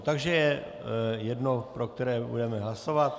Takže je jedno, pro které budeme hlasovat.